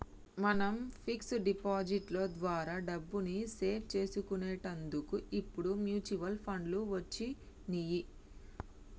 మనం fix deposit లో ద్వారా డబ్బుని సేవ్ చేసుకునేటందుకు ఇప్పుడు మ్యూచువల్ ఫండ్లు వచ్చినియ్యి